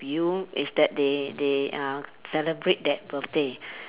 view is that they they uh celebrate that birthday